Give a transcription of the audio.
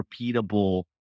repeatable